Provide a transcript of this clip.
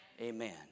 Amen